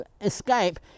escape